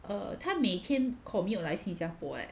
err 他每天 commute 来新加坡 leh